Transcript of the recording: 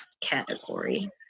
category